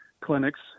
clinics